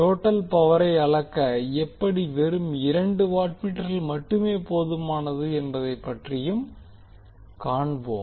total பவரை அளக்க எப்படி வெறும் இரண்டு வாட்மீட்டர்கல் மட்டுமே போதுமானது என்பதை பற்றியும் காண்போம்